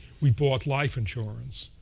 we bought life insurance.